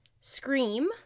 scream